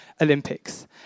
Olympics